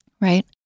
right